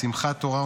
שמחה תורה,